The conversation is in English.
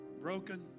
Broken